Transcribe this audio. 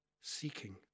seeking